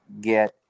get